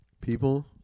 People